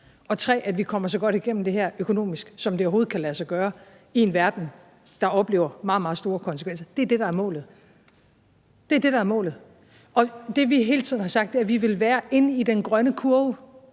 er det, at vi kommer så godt igennem det her økonomisk, som det overhovedet kan lade sig gøre i en verden, der oplever meget, meget store konsekvenser. Det er det, der er målet. Det, vi hele tiden har sagt, er, at vi vil være inde i den grønne kurve.